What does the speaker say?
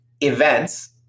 events